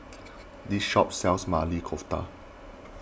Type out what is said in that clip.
this shop sells Maili Kofta